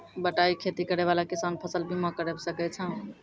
बटाई खेती करै वाला किसान फ़सल बीमा करबै सकै छौ?